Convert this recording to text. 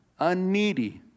unneedy